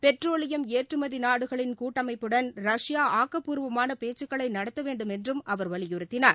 petroleum ஏற்றுமதி நாடுகளின் கூட்டமைப்புடன் ரஷ்யா ஆக்கப்பூர்வமான பேச்சுக்களை நடத்த வேண்டுமென்றும் அவர் வலியுறுத்தினார்